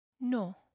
no